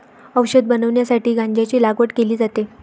औषध बनवण्यासाठी गांजाची लागवड केली जाते